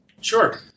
Sure